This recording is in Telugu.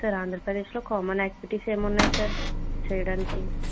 సార్ ఆంధ్రప్రదేశ్లో కామన్ ఆక్టివిటీస్ ఏం ఉన్నాయి సార్ చేయడానికి